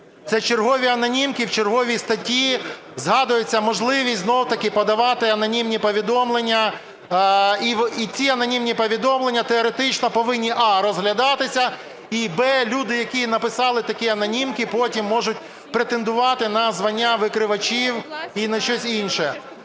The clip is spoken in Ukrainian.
Це чергові анонімки, в черговій статті згадується можливість знову-таки подавати анонімні повідомлення, і ті анонімні повідомлення теоретично повинні: а) розглядатися і б) люди, які написали такі анонімки, потім можуть претендувати на звання "викривачів" і на щось інше.